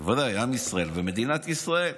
בוודאי, עם ישראל ומדינת ישראל.